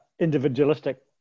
individualistic